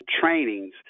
trainings